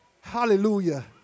Hallelujah